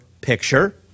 picture